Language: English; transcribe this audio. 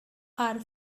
are